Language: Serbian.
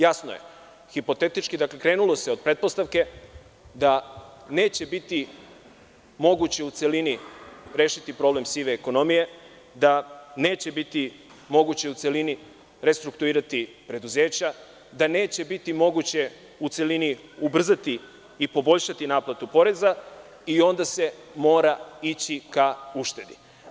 Jasno je, hipotetički se krenulo od pretpostavke da neće biti moguće u celini rešiti problem sive ekonomije, da neće biti moguće u celini restruktuirati preduzeća, da neće biti moguće u celini ubrzati i poboljšati naplatu poreza i onda se mora ići ka uštedi.